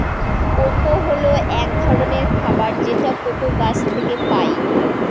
cocoa হল এক ধরনের খাবার যেটা কোকো গাছ থেকে পায়